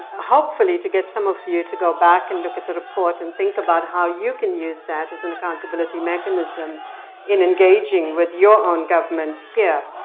hopefully to get some of you to go back and look at the report and think about how you can use that as an accountability mechanism in engaging with your own government here.